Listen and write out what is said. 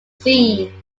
scene